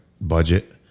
budget